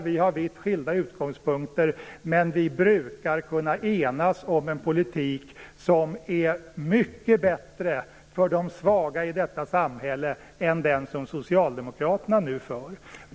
Vi har ju vitt skilda utgångspunkter, men vi brukar kunna enas om en politik som är mycket bättre för de svaga i detta samhälle än den politik är som Socialdemokraterna nu för.